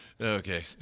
Okay